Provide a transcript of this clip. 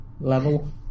level